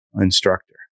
instructor